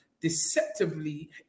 deceptively